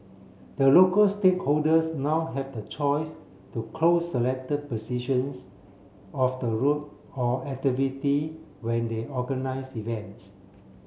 the local stakeholders now have the choice to close selected positions of the road for activity when they organise events